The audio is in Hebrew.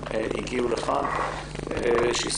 גם שהגיעו לכאן וגם בזום,